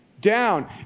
down